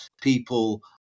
people